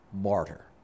martyr